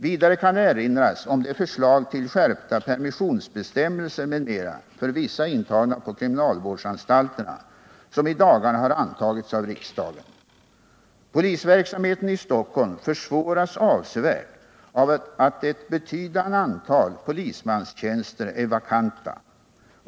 Vidare kan erinras om de förslag till skärpta permissionsbestämmelser m.m. för vissa intagna på kriminalvårdsanstalterna som i dagarna har antagits av riksdagen. Polisverksamheten i Stockholm försvåras avsevärt av att ett betydande antal polismanstjänster är vakanta.